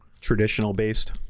Traditional-based